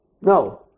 No